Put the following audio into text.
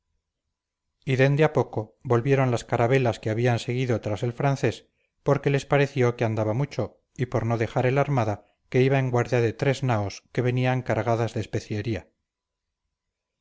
y dende a poco volvieron las carabelas que habían seguido tras el francés porque les pareció que andaba mucho y por no dejar el armada que iba en guarda de tres naos que venían cargadas de